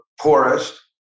poorest